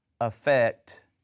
affect